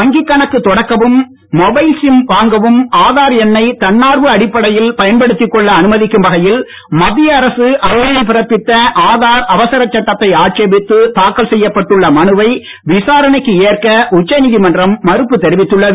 வங்கிக் கணக்கு தொடக்கவும் மொபைல் சிம் வாங்கவும் ஆதார் எண்ணை தன்னார்வ அடிப்படையில் பயன்படுத்திக் கொள்ள அனுமதிக்கும் வகையில் மத்திய அரசு அண்மையில் பிறப்பித்த ஆதார் அவசர சட்டத்தை ஆட்சேபித்து தாக்கல் செய்யப்பட்டுள்ள மனுவை விசாரணைக்கு ஏற்க உச்ச நீதிமன்றம் மறுப்பு தெரிவித்துள்ளது